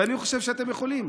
ואני חושב שאתם יכולים.